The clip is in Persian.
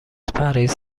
پرهیز